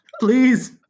please